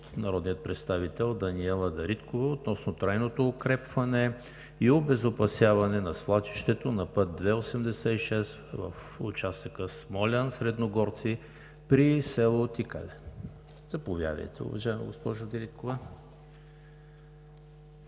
народния представител Даниела Дариткова относно трайното укрепване и обезопасяване на свлачището на път II-86 в участъка Смолян – Средногорци, при село Тикале. Заповядайте, уважаема госпожо Дариткова.